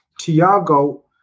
Tiago